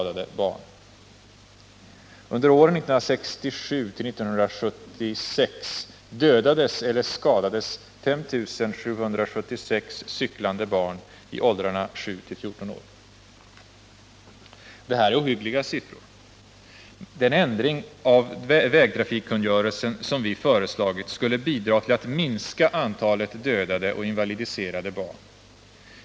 Den ändring av vägtrafikkungörelsen som vi 22 november 1978 föreslagit skulle bidra till att minska antalet dödade och invalidiserade barn.